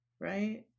right